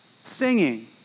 singing